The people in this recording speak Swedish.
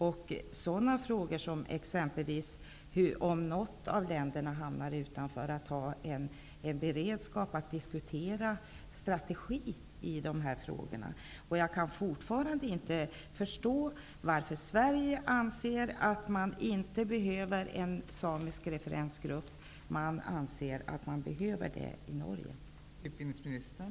Det borde finnas en beredskap för att kunna diskutera strategin för vad som skulle hända om något av de nordiska länderna hamnar utanför EG. Jag kan fortfarande inte förstå varför man i Sverige anser att man inte behöver någon samisk referensgrupp, medan man i Norge anser att man behöver en sådan.